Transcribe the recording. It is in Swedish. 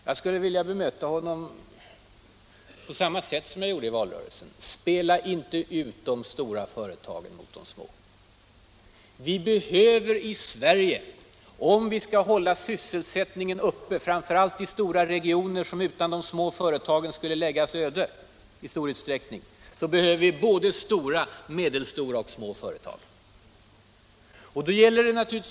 Jag skulle vilja bemöta honom på samma sätt som jag gjorde i valrörelsen: Spela inte ut de stora företagen mot de små! Om vi skall hålla sysselsättningen uppe i regioner som utan de små företagen i stor utsträckning skulle läggas öde behöver vi de företagen.